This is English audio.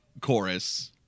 chorus